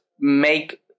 make